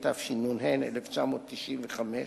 התשנ"ה 1995,